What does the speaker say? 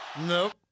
Nope